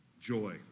joy